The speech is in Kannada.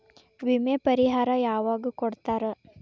ವಿಮೆ ಪರಿಹಾರ ಯಾವಾಗ್ ಕೊಡ್ತಾರ?